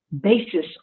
basis